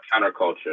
counterculture